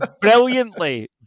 Brilliantly